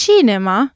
Cinema